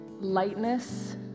lightness